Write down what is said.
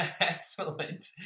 Excellent